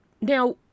Now